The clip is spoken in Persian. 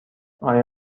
آیا